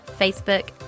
facebook